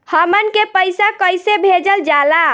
हमन के पईसा कइसे भेजल जाला?